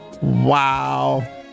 Wow